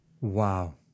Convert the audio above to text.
Wow